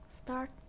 Start